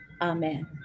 amen